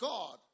God